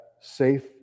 safe